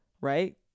right